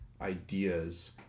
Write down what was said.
ideas